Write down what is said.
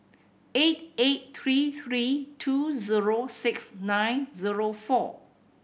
eight eight three three two zero six nine zero four